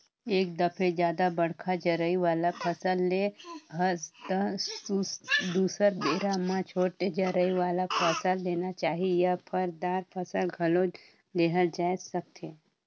एक दफे जादा बड़का जरई वाला फसल ले हस त दुसर बेरा म छोटे जरई वाला फसल लेना चाही या फर, दार फसल घलो लेहल जाए सकथे